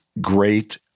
great